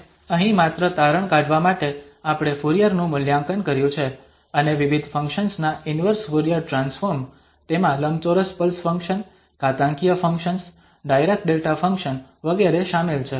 અને અહીં માત્ર તારણ કાઢવા માટે આપણે ફુરીયર નું મૂલ્યાંકન કર્યું છે અને વિવિધ ફંક્શન્સ ના ઇન્વર્સ ફુરીયર ટ્રાન્સફોર્મ તેમાં લંબચોરસ પલ્સ ફંક્શન ઘાતાંકીય ફંક્શન્સ ડાયરાક ડેલ્ટા ફંક્શન વગેરે શામેલ છે